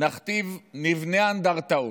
נבנה אנדרטאות,